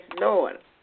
Lord